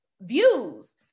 views